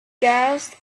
gas